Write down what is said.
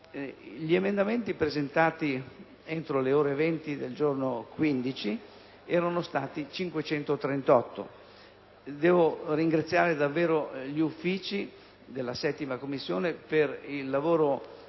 Gli emendamenti presentati entro le ore 20 del giorno 15 erano stati 538, ed al riguardo devo ringraziare davvero gli Uffici della 7a Commissione per il lavoro